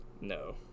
No